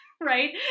Right